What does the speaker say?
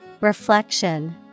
Reflection